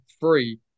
free